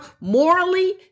morally